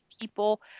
People